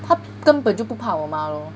他根本就不怕我妈 lor